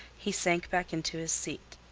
he sank back into his seat.